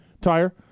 Tire